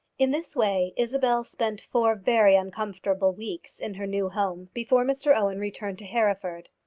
in this way isabel spent four very uncomfortable weeks in her new home before mr owen returned to hereford.